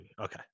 Okay